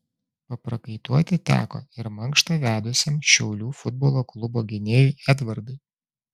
paprakaituoti teko ir mankštą vedusiam šiaulių futbolo klubo gynėjui edvardui